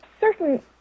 certain